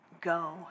go